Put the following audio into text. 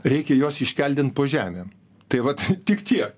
reikia juos iškeldint po žemėm tai vat tik tiek